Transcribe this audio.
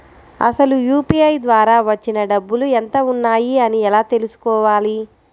అసలు యూ.పీ.ఐ ద్వార వచ్చిన డబ్బులు ఎంత వున్నాయి అని ఎలా తెలుసుకోవాలి?